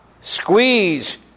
squeeze